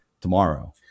tomorrow